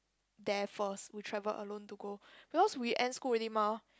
there first we travel alone to go because we end school already mah